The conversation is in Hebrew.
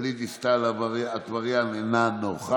גלית דיסטל אטבריאן, אינה נוכחת,